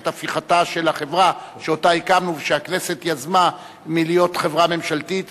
את הפיכתה של החברה שאותה הקמנו ושהכנסת יזמה מלהיות חברה ממשלתית,